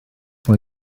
mae